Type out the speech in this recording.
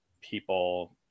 people